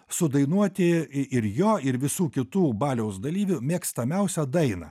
sudainuoti ir jo ir visų kitų baliaus dalyvių mėgstamiausią dainą